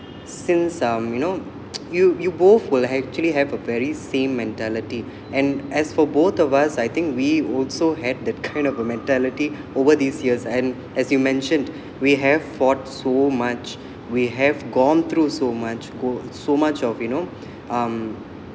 since um you know you you both will actually have a very same mentality and as for both of us I think we also had that kind of a mentality over these years and as you mentioned we have fought so much we have gone through so much go so much of you know um